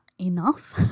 enough